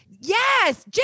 yes